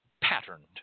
patterned